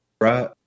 right